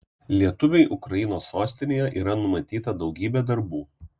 lietuviui ukrainos sostinėje yra numatyta daugybė darbų